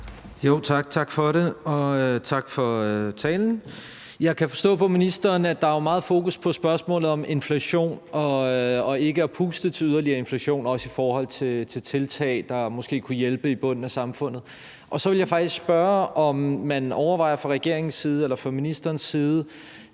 (EL): Tak for det, og tak for talen. Jeg kan forstå på ministeren, at der er meget fokus på spørgsmålet om inflation og ikke at puste yderligere til inflationen, også i forhold til tiltag, der måske kunne hjælpe i bunden af samfundet. Så jeg vil spørge, om man fra regeringens eller ministerens side